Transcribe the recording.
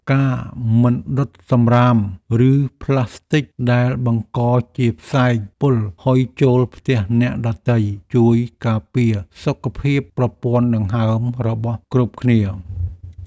ការមិនដុតសំរាមឬប្លាស្ទិកដែលបង្កជាផ្សែងពុលហុយចូលផ្ទះអ្នកដទៃជួយការពារសុខភាពប្រព័ន្ធដង្ហើមរបស់គ្រប់គ្នា។